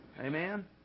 Amen